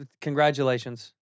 congratulations